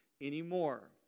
anymore